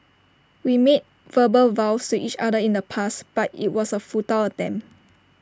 we made verbal vows to each other in the past but IT was A futile attempt